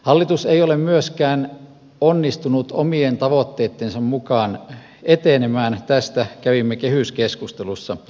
hallitus ei ole myöskään onnistunut omien tavoitteittensa mukaan etenemään tästä kävimme kehyskeskustelussa pitkät puheet